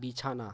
বিছানা